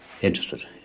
interested